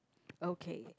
okay